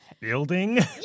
Building